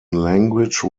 language